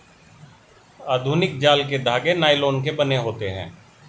आधुनिक जाल के धागे नायलोन के बने होते हैं